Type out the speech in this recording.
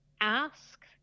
ask